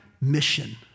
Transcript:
mission